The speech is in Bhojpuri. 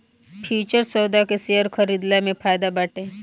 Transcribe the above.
फ्यूचर्स सौदा के शेयर खरीदला में फायदा बाटे